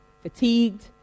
fatigued